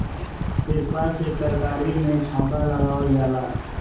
तेजपात से तरकारी में छौंका लगावल जाला